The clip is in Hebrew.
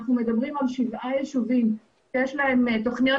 אנחנו מדברים על שבעה יישובים שיש להם תוכניות